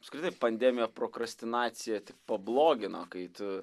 apskritai pandemija prokrastinaciją tik pablogino kai tu